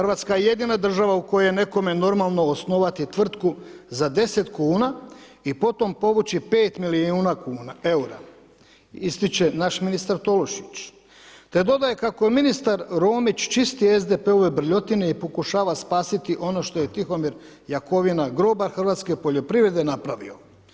RH je jedina država u kojoj je nekome normalno osnovati tvrtku za 10 kn i potom povući 5 milijuna eura, ističe naš ministar Tolušić te dodaje kako je ministar Romić čisti SDP-ove brljotine i pokušava spasiti ono što je Tihomir Jakovina, grobar hrvatske poljoprivrede napravio.